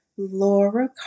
Laura